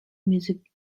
music